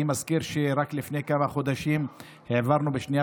אני מזכיר שרק לפני כמה חודשים העברנו בשנייה